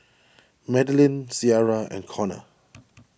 Madelynn Ciarra and Conner